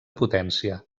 potència